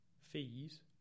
fees